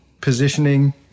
positioning